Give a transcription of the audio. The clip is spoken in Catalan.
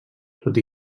tot